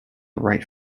right